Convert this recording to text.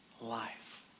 life